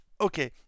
Okay